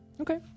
Okay